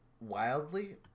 wildly